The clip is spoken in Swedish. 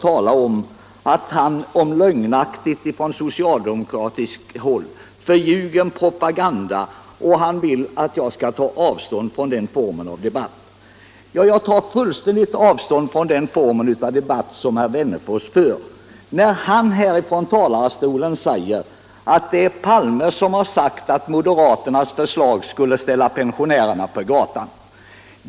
Han talar om lögnaktigheter från socialdemokratiskt håll och om förljugen propaganda, och han vill att jag skall ta avstånd från den formen av debatt. Ja, jag tar fullständigt avstånd från den form av debatt som herr Wennerfors för, när han från talarstolen påstår att det är Palme som sagt att moderaternas förslag skulle ställa pensionärerna på gatan.